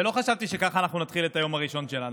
ולא חשבתי שככה אנחנו נתחיל את היום הראשון שלנו.